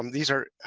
um these are,